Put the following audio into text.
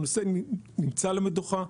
הנושא נמצא על המדוכה,